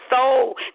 soul